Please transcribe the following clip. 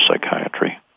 psychiatry